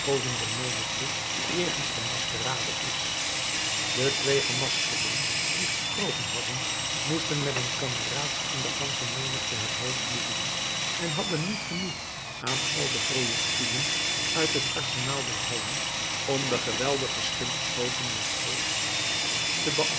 menigte jegens de maskerade is de twee gemaskerden die gesproken hadden moesten met hun kameraads aan de gansche menigte het hoofd bieden en hadden niet genoeg aan al de projectielen uit het arsenaal der hallen om de geweldige schimpschoten des volks